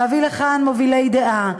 להביא לכאן מובילי דעה,